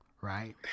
Right